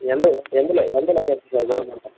எந்த எந்த எந்த லொகேஷன் சார் கவர்மெண்ட்